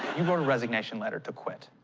you wrote a resignation letter to quit.